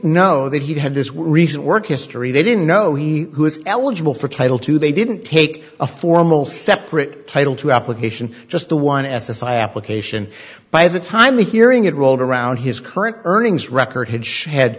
know that he'd had this recent work history they didn't know he who is eligible for title two they didn't take a formal separate title to application just the one s s i application by the time the hearing it rolled around his current earnings record his shed had